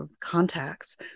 contacts